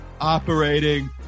operating